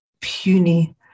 puny